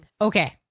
Okay